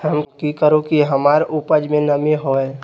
हम की करू की हमार उपज में नमी होए?